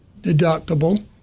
deductible